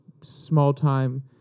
small-time